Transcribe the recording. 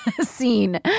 scene